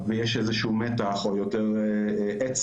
ויש איזשהו מתח או יותר עצב,